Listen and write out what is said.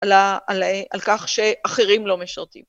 על כך שאחרים לא משרתים.